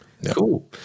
Cool